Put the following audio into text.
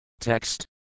Text